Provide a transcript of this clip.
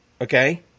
Okay